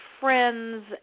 friends